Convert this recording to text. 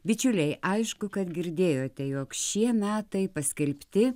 bičiuliai aišku kad girdėjote jog šie metai paskelbti